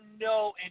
no